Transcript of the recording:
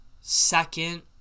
second